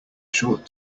short